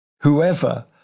Whoever